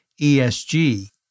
ESG